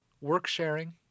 Work-sharing